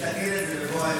נתקן את זה בבוא העת.